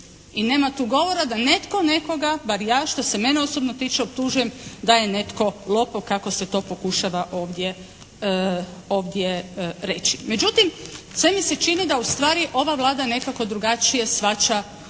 i nema tu govora da netko nekoga bar ja što se mene osobno tiče, optužujem da je netko lopov kako se to pokušava ovdje reći. Međutim sve mi se čini da ustvari ova Vlada nekako drugačije shvaća tu